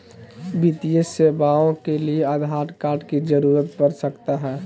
वित्तीय सेवाओं के लिए आधार कार्ड की जरूरत पड़ सकता है?